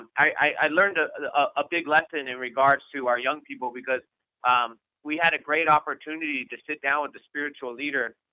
i learned ah a big lesson in regards to our young people. um we had a great opportunity to sit down with a spiritual leader,